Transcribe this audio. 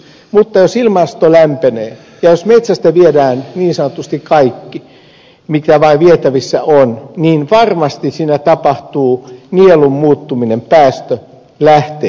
mutta jos ilmasto lämpenee ja jos metsästä viedään niin sanotusti kaikki mikä vain vietävissä on niin varmasti siinä tapahtuu nielun muuttuminen päästölähteeksi